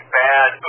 bad